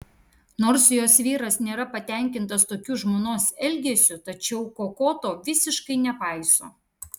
nors jos vyras nėra patenkintas tokiu žmonos elgesiu tačiau koko to visiškai nepaiso